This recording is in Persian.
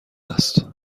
است